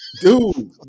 dude